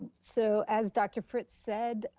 so as dr. fritz said,